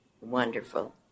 wonderful